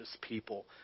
people